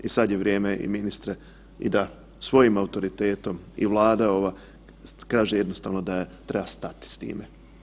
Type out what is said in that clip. I sada je vrijeme ministre da svojim autoritetom i Vlada ova kaže jednostavno da treba stati s time.